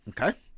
Okay